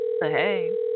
hey